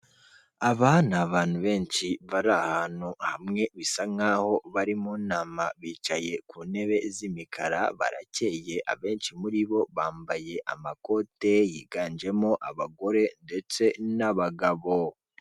Aba ni abantu benshi, bari ahantu hamwe, bisa nk'aho bari mu nama bicaye ku ntebe z'imikara, baracyeye, abenshi muri bo bambaye amakote, higanjemo abagore ndetse n'abagabo.